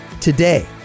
today